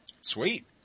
Sweet